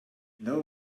know